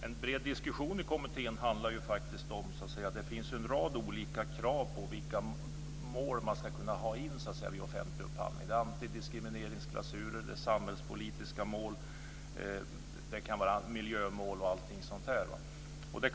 Fru talman! En bred diskussion i kommittén handlade ju faktiskt om att det finns en rad olika krav när det gäller vilka mål man ska kunna ha med en offentlig upphandling. Det är antidiskrimineringsklausuler. Det är samhällspolitiska mål. Det kan vara miljömål och annat.